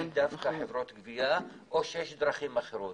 דווקא חברות גבייה או שישנן דרכים אחרות.